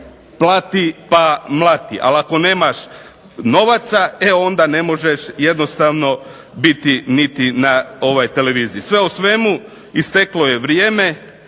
plati pa mlati. Ali ako nemaš novaca, e onda ne možeš biti jednostavno na televiziji. Sve u svemu, isteklo je vrijeme.